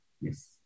yes